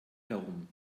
herum